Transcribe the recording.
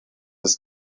ist